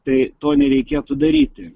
tai to nereikėtų daryti